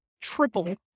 triple